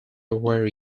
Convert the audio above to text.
were